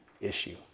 issue